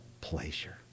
pleasure